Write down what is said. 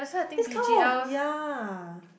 this kind of ya